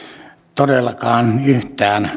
todellakaan yhtään